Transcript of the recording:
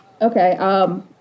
Okay